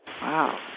Wow